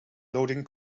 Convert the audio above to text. loading